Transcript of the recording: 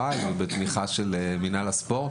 בתמיכה של מינהל הספורט,